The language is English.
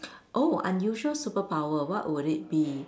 oh unusual superpower what would it be